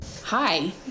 Hi